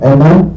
Amen